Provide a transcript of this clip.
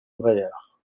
braillard